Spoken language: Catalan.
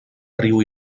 riu